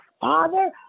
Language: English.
father